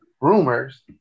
Rumors